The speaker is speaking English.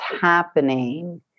happening